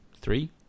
three